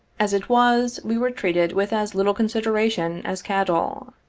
as it was, we were treated with as little consideration as cattle.